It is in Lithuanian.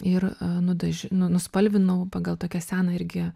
ir nudaž nu nuspalvinau pagal tokią seną irgi